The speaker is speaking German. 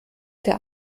der